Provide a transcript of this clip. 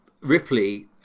Ripley